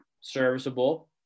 serviceable